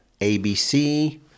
ABC